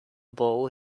bull